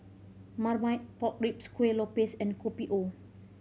Marmite Pork Ribs Kueh Lopes and Kopi O